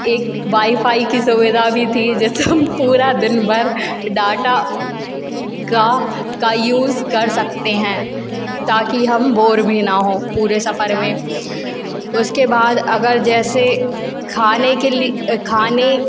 एक वाईफ़ाई की सुविधा भी थी जिसम पूरा दिनभर डाटा का का यूज़ कर सकते हैं ताकि हम बोर भी ना हों पूरे सफ़र में उसके बाद अगर जैसे खाने के लि खाने